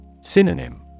Synonym